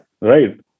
Right